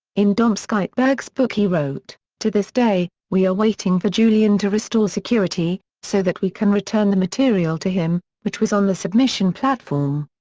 in domscheit-berg's book he wrote to this day, we are waiting for julian to restore security, so that we can return the material to him, which was on the submission platform.